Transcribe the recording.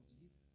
Jesus